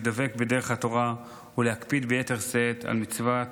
להידבק בדרך התורה ולהקפיד ביתר שאת על מצוות